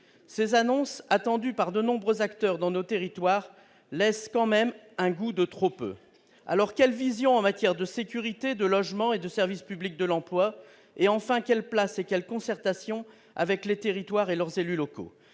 ces annonces attendue par de nombreux acteurs dans nos territoires, laisse quand même un goût de trop peu alors quelle vision en matière de sécurité, de logement et de service public de l'emploi, et enfin quelle place et quel concertation avec les territoires et leurs élus locaux,